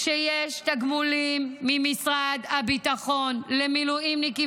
כשיש תגמולים ממשרד הביטחון למילואימניקים